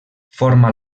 forma